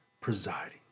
presiding